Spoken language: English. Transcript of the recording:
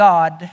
God